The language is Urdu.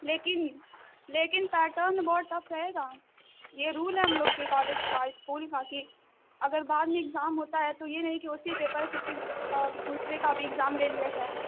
لیکن لیکن پیٹرن بہت ٹف رہے گا یہ رول ہے ہم لوگ کے کالج کا اسکول کا کہ اگر بعد میں اگزام ہوتا ہے تو یہ نہیں کہ اُسی پیپر پہ پھر دوسرے کا بھی اگزام لے لیا جائے